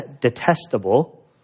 detestable